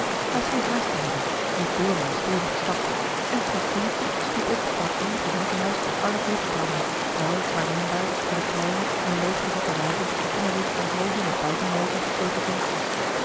hij scheen haast te hebben liep door met een stevigen stap en trad toen de stoep op van het eenige winkelhuis waar nog licht brandde nauwelijks waarneembaar door de kleine in lood gevatte ruiten van de reeds ten halve met buitenluiken gesloten vensters